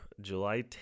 July